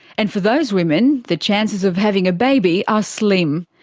and for those women, the chances of having a baby are slim.